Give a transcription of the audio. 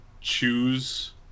choose